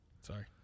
Sorry